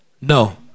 No